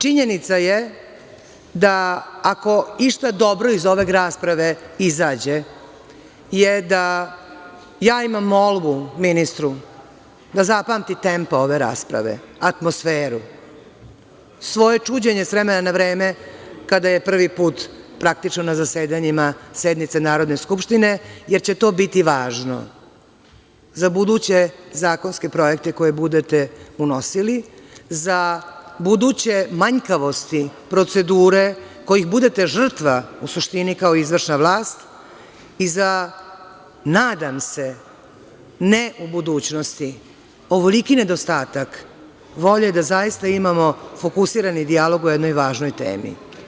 Činjenica je da ako išta dobro iz ove rasprave izađe, to je da ja imam molbu ministru da zapamti tempo ove rasprave, atmosferu, svoje čuđenje s vremena na vreme kada je prvi put praktično na zasedanjima sednica Narodne skupštine, jer će to biti važno za buduće zakonske projekte koje budete unosili, za buduće manjkavosti procedure, kojih budete žrtva, u suštini, kao izvršna vlast i za, nadam se, ne u budućnosti, ovoliki nedostatak volje da zaista imamo fokusirani dijalog o jednoj veoma važnoj temi.